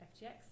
FTX